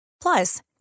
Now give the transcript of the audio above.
Plus